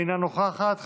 אינה נוכחת,